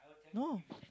no